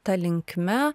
ta linkme